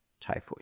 typhoid